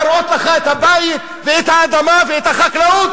להראות לך את הבית ואת האדמה ואת החקלאות,